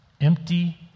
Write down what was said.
Empty